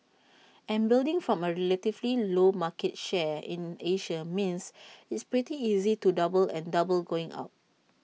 and building from A relatively low market share in Asia means it's pretty easy to double and double going up